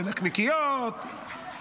לנקניקיות,